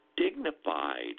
dignified